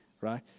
right